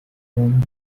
whom